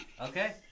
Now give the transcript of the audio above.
Okay